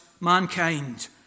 mankind